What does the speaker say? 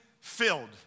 filled